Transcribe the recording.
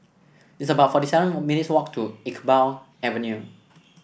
it's about forty seven minutes' walk to Iqbal Avenue